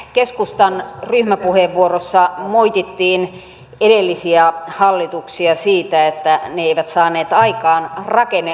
keskustan ryhmäpuheenvuorossa moitittiin edellisiä hallituksia siitä että ne eivät saaneet aikaan rakenneuudistuksia